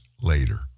later